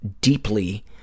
deeply